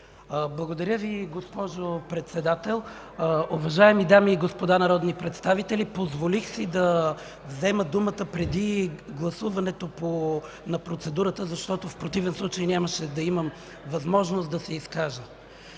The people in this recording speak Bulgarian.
Благодаря Ви, госпожо Председател. Уважаеми дами и господа народни представители, позволих си да взема думата преди гласуването на процедурата, защото в противен случай нямаше да имам възможност да се изкажа.